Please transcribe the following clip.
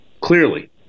clearly